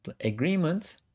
agreement